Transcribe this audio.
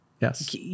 Yes